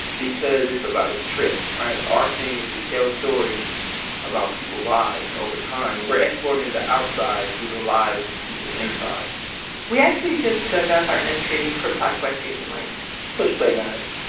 because it's about a trip. right? our thing is to tell stories about people lives over time and we're escorting the outside through the lives of people inside we actually just dug up our entry for podquest recently push play, nige.